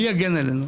מי יגן עלינו?